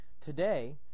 Today